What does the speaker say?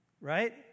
Right